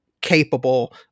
capable